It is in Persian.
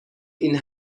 این